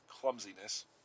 clumsiness